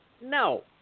no